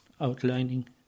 outlining